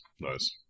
nice